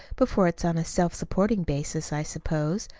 before it's on a self-supporting basis, i suppose.